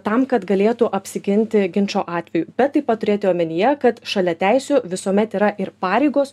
tam kad galėtų apsiginti ginčo atveju bet taip pat turėti omenyje kad šalia teisių visuomet yra ir pareigos